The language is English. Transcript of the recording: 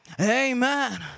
Amen